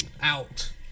out